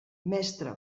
mestre